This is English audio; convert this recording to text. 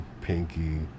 Pinky